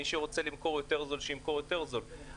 מי שרוצה למכור זול יותר, שימכור זול יותר.